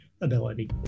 ability